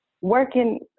working